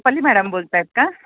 Rupali madam बोलत आहेत का